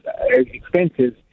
expenses